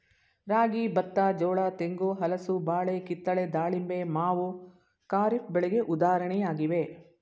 ರಾಗಿ, ಬತ್ತ, ಜೋಳ, ತೆಂಗು, ಹಲಸು, ಬಾಳೆ, ಕಿತ್ತಳೆ, ದಾಳಿಂಬೆ, ಮಾವು ಖಾರಿಫ್ ಬೆಳೆಗೆ ಉದಾಹರಣೆಯಾಗಿವೆ